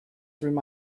through